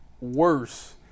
worse